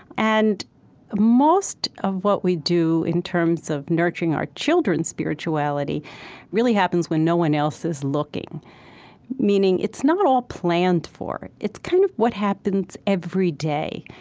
and most of what we do in terms of nurturing our children's spirituality really happens when no one else is looking meaning, it's not all planned for. it's kind of what happens every day.